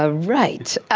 ah right.